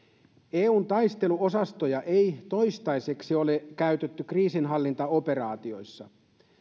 eun taisteluosastoja ei toistaiseksi ole käytetty kriisinhallintaoperaatioissa